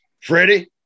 Freddie